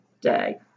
day